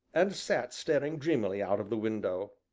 and sat staring dreamily out of the window.